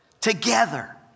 together